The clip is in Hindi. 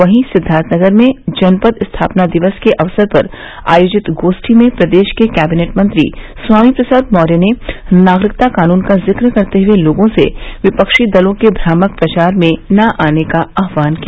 वहीं सिद्वार्थनगर में जनपद स्थापना दिवस के अवसर पर आयोजित गोष्ठी में प्रदेश के कैंबिनेट मंत्री स्वामी प्रसाद मौर्य ने नागरिकता कानून का जिक्र करते हुए लोगों से विपक्षी दलों के भ्रामक प्रचार में न आने का आहवान किया